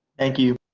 thank you,